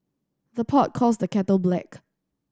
the pot calls the kettle black